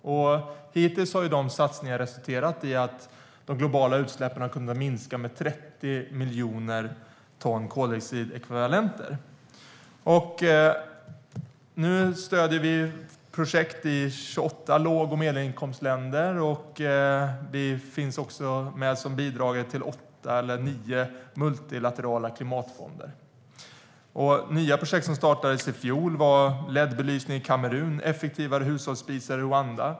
Hittills har de satsningarna resulterat i att de globala utsläppen kunnat minska med 30 miljoner ton koldioxidekvivalenter. Nu stöder vi projekt i 28 låg och medelinkomstländer och finns med som bidragare till åtta eller nio multilaterala klimatfonder. Nya projekt som startades i fjol var LED-belysning i Kamerun och effektivare hushållsspisar i Rwanda.